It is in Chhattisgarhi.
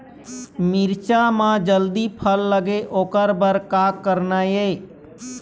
मिरचा म जल्दी फल लगे ओकर बर का करना ये?